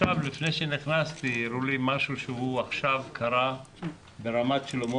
עכשיו לפני שנכנסתי הראו לי משהו שעכשיו קרה ברמת שלמה,